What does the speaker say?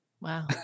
Wow